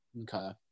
Okay